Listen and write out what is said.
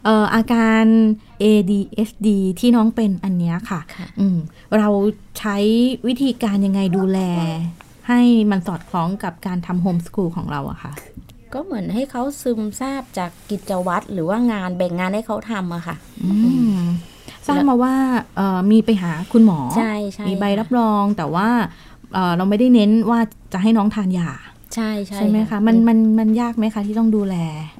เอ่ออาการ A.D.S.D.ที่น้องเป็นอันเนี้ยค่ะค่ะอืมเราใช้วิธีการยังไงดูแลให้มันสอดคล้องกับการทำ homeschool ของเราอะคะก็เหมือนให้เขาซึมทราบจากกิจวัตรหรือว่างานแบ่งงานให้เขาทำอะค่ะอืมอืมทราบแล้วมาว่าเอ่อมีไปหาคุณหมอใช่- ใช่มีใบค่ะรับรองแต่ว่าเอ่อเราไม่ได้เน้นว่าจะให้น้องทานยาใช่- ใช่ใช่ไหมค่ะคะมันเป็นมันมันยากไหมคะที่ต้องดูแล